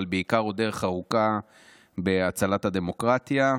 אבל בעיקר עוד דרך ארוכה בהצלת הדמוקרטיה,